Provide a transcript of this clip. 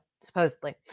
supposedly